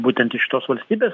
būtent iš šitos valstybės